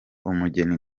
umugeni